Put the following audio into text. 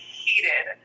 heated